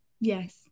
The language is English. Yes